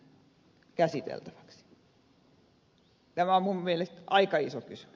tämä on minun mielestäni aika iso kysymys